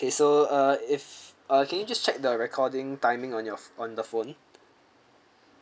okay so uh if uh can you just check the recording timing on your on the phone